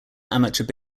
amateur